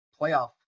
playoff